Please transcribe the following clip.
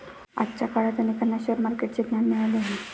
आजच्या काळात अनेकांना शेअर मार्केटचे ज्ञान मिळाले आहे